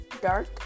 dark